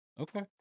Okay